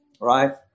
right